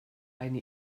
eine